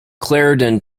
clarendon